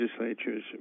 legislatures